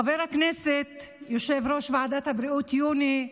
חבר הכנסת, יושב-ראש ועדת הבריאות, יוני,